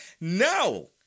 no